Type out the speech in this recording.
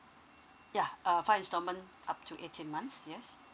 ya err five installment up to eighteen months yes